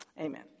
Amen